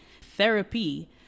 Therapy